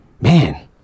Man